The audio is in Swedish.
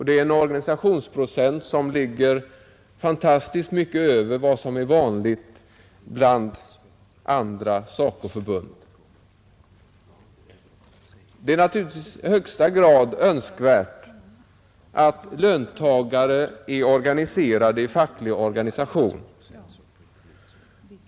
Det är en organisationsprocent som ligger fantastiskt mycket över vad som är vanligt inom andra SACO förbund. Det är naturligtvis i högsta grad önskvärt att löntagare är organiserade i facklig organisation.